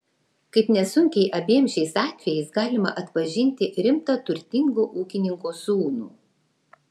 kaip nesunkiai abiem šiais atvejais galima atpažinti rimtą turtingo ūkininko sūnų